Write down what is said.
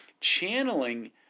channeling